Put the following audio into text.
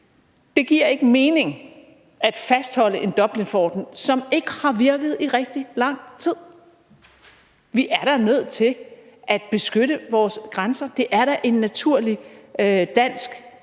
Det giver ikke mening at fastholde en Dublinforordning, som ikke har virket i rigtig lang tid. Vi er nødt til at beskytte vores grænser – det er da en naturlig dansk